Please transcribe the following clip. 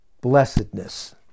blessedness